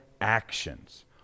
actions